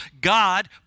God